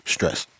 Stress